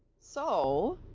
so,